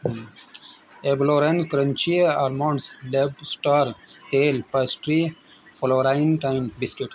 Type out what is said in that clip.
ایبلورن crunchy almonds deep star ایل pastry فلورائن time biscuit